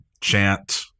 chant